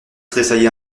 tressaillit